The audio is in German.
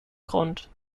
grund